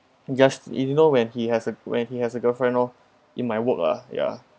just he know when he has a when he has a girlfriend lor in my work lah ya